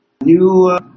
new